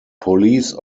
police